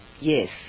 Yes